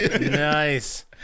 Nice